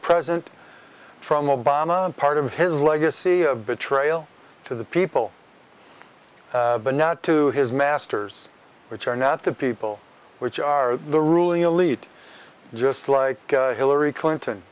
present from obama part of his legacy of betrayal to the people but not to his masters which are not the people which are the ruling elite just like hillary clinton